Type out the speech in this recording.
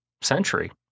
century